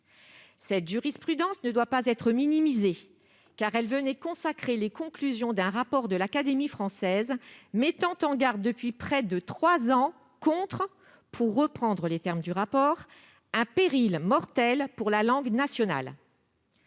Cette jurisprudence ne doit pas être minimisée, car elle vient consacrer les conclusions d'un rapport de l'Académie française mettant en garde depuis près de trois ans contre « un péril mortel pour la langue nationale